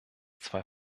zwei